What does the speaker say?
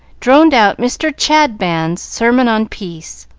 droned out mr. chadband's sermon on peace,